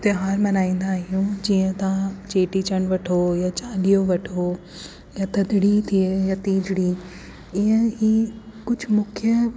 त्योहार मल्हाईंदा आहियूं जीअं तव्हां चेटीचंड वठो या चालीहो वठो या थदड़ी थिए या टीजड़ी ईअं ई कुझु मुख्य